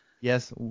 Yes